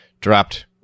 dropped